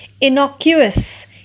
innocuous